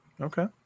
Okay